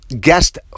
guest